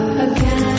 again